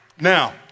Now